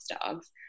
dogs